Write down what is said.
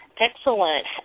Excellent